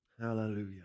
Hallelujah